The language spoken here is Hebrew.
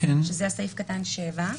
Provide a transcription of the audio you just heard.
שזה סעיף קטן (7),